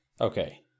Okay